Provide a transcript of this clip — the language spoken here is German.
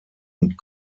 und